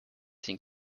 den